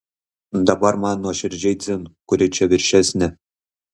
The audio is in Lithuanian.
dabar man nuoširdžiai dzin kuri čia viršesnė